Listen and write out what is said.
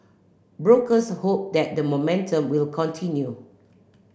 brokers hope that the momentum will continue